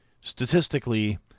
statistically